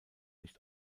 nicht